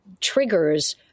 triggers